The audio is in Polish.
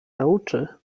nauczy